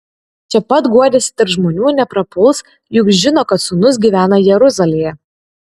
čia pat guodėsi tarp žmonių neprapuls juk žino kad sūnus gyvena jeruzalėje